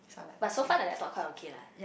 but so far my laptop quite okay lah